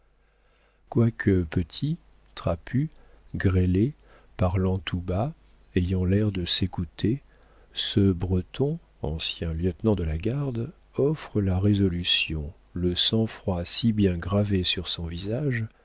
quoique petit trapu grêlé parlant tout bas ayant l'air de s'écouter ce breton ancien lieutenant de la garde offre la résolution le sang-froid si bien gravés sur son visage